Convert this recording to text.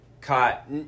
caught